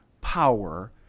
power